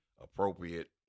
appropriate